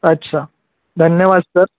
अच्छा धन्यवाद सर